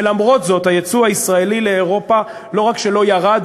ולמרות זאת הייצוא הישראלי לאירופה לא רק שלא ירד,